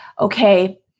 okay